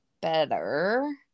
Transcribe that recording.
better